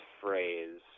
phrase